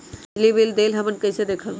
बिजली बिल देल हमन कईसे देखब?